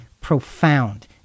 profound